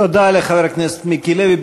תודה לחבר הכנסת מיקי לוי.